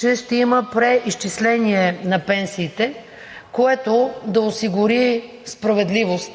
че ще има преизчисление на пенсиите, което да осигури справедливост,